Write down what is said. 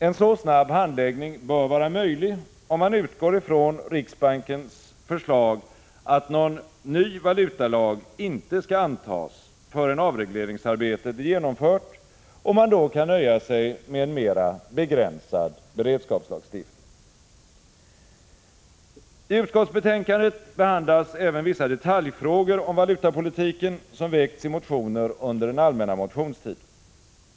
En så snabb handläggning bör vara möjlig om man utgår från riksbankens förslag att någon ny valutalag inte skall antas, förrän avregleringsarbetet är genomfört och man då kan nöja sig med en mera begränsad beredskapslagstiftning. I utskottsbetänkandet behandlas även vissa detaljfrågor om valutapolitiken som väckts i motioner under den allmänna motionstiden.